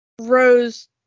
Rose